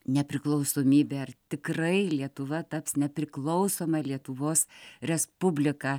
nepriklausomybė ar tikrai lietuva taps nepriklausoma lietuvos respublika